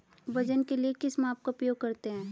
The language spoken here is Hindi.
वजन के लिए किस माप का उपयोग करते हैं?